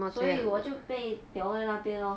所以我就被吊在那边 lor